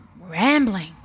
rambling